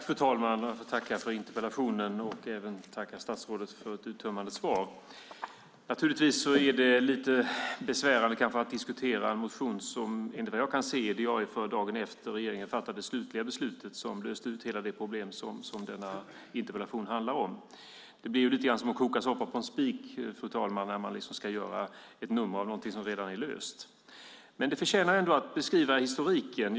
Fru talman! Jag får tacka för interpellationen och även tacka statsrådet för ett uttömmande svar. Det är kanske lite besvärande att diskutera en motion som enligt vad jag kan se är diarieförd dagen efter att regeringen fattat det slutliga beslut som löste ut hela det problem som denna interpellation handlar om. Det blir lite grann som att koka soppa på en spik, fru talman, när man ska göra ett nummer av någonting som redan är löst. Det förtjänar ändå att beskriva historiken.